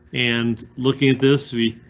and looking at this week.